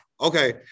Okay